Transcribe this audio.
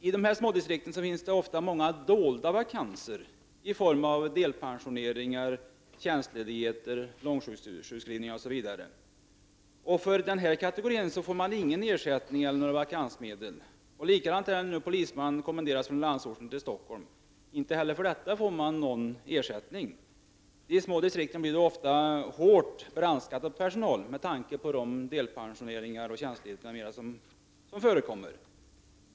I smådistrikten finns emellertid ofta många dolda vakanser i form av delpensioneringar, tjänstledigheter, långtidssjukskrivningar osv. För dessa får man inte någon ersättning eller några vakansmedel. Likadant är det då en polisman kommenderas från landsorten till tjänstgöring i Stockholm. Inte heller i dessa fall får distrikten någon ersättning. De små distrikten blir då ofta hårt brandskattade på personal med tanke på de delpensioneringar, tjänstledigheter m.m. som förekommer.